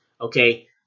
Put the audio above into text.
okay